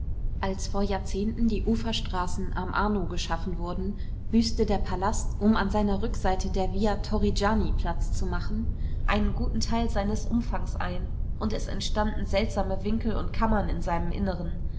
als vor jahrzehnten die uferstraßen am arno geschaffen wurden büßte der palast um an seiner rückseite der via torrigiani platz zu machen einen guten teil seines umfangs ein und es entstanden seltsame winkel und kammern in seinem innern